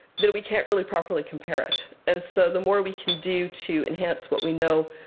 then we can't really properly compare it. and so the more we can do to enhance what we know,